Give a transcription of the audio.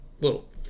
little